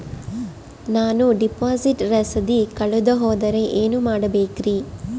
ನಾನು ಡಿಪಾಸಿಟ್ ರಸೇದಿ ಕಳೆದುಹೋದರೆ ಏನು ಮಾಡಬೇಕ್ರಿ?